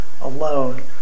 alone